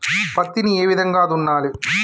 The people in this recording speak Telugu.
పత్తిని ఏ విధంగా దున్నాలి?